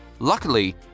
Luckily